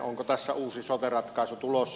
onko tässä uusi sote ratkaisu tulossa